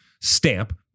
stamp